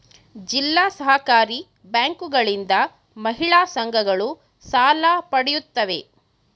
ಜಿಲ್ಲಾ ಸಹಕಾರಿ ಬ್ಯಾಂಕುಗಳಿಂದ ಮಹಿಳಾ ಸಂಘಗಳು ಸಾಲ ಪಡೆಯುತ್ತವೆ